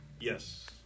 Yes